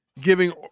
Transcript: giving